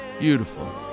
Beautiful